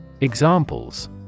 Examples